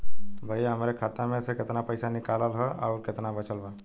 भईया हमरे खाता मे से कितना पइसा निकालल ह अउर कितना बचल बा?